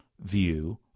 view